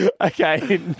Okay